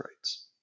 rights